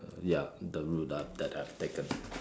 ya the route uh that I've taken